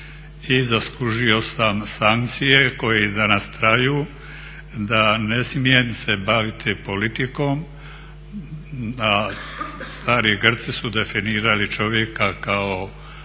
I zaslužio sam sankcije koje i danas traju da ne smijem se baviti politikom, a stari Grci su definirali čovjeka kao